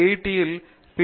D யில் B